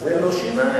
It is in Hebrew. זה לא שיניים.